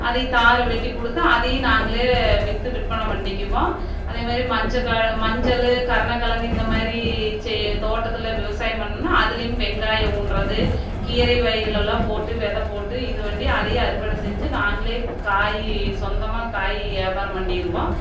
அதை தாரை வெட்டி கொடுத்து அதையும் நாங்களே விற்று விற்பனை பண்ணிக்குவோம் அதேமாரி மஞ்ச கா மஞ்சள் கருணக்கிழங்கு இந்தமாதிரி செ தோட்டத்தில் விவசாயம் பண்ணோம்னால் அதிலையுமே வெங்காயம் ஊன்றுறது கீரை வகைகளெல்லாம் போட்டு வித போட்டு இது பண்ணி அதையும் அறுவடை செஞ்சி நாங்களே காய் சொந்தமாக காய் வியாபாரம் பண்ணிடுவோம்